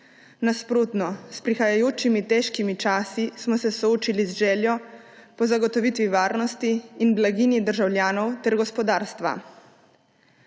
Nasprotno, s prihajajočimi težkimi časi smo se soočili z željo po zagotovitvi varnosti in blaginji državljanov ter gospodarstva.